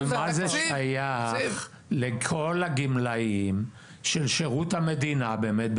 אבל מה זה שייך לכל הגמלאים שעבדו בשירות המדינה באמת,